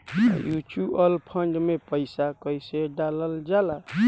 Mutual fund मे पईसा कइसे डालल जाला?